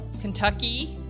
Kentucky